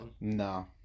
No